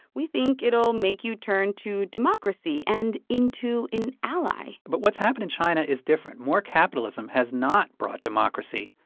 we think it'll make you turn to democracy and into an ally but what's happened in china is different. more capitalism has not brought democracy.